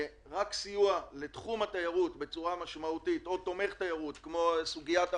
ורק סיוע לתחום התיירות בצורה משמעותית או סיוע תומך תיירות כמו הרכבת